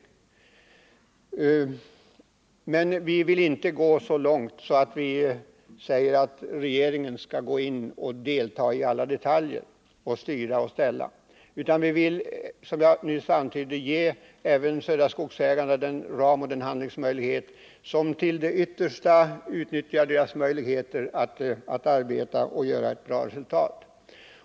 Utskottsmajoriteten vill emellertid inte gå så långt som till att säga att regeringen skall styra och ställa i alla detaljer, utan vi vill, som jag nyss antydde, ge även Södra Skogsägarna de ramar och den handlingsfrihet som medger att man till det yttersta kan utnyttja sina möjligheter att arbeta och nå ett gott resultat.